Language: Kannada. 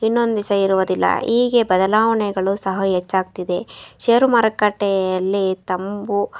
ಇನ್ನೊಂದು ದಿವ್ಸ ಇರುವುದಿಲ್ಲ ಹೀಗೆ ಬದಲಾವಣೆಗಳು ಸಹ ಹೆಚ್ಚಾಗ್ತಿದೆ ಷೇರು ಮಾರುಕಟ್ಟೆಯಲ್ಲಿ ತಂಬು